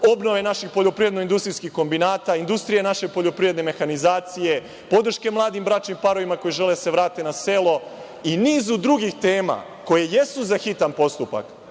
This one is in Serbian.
obnove naših poljoprivrednih industrijskih kombinata, industrija naše poljoprivredne mehanizacije, podrške mladim bračnim parovima koji žele da se vrate na selo i nizu drugih tema koje jesu za hitan postupak.